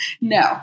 No